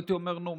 הייתי אומר: נו,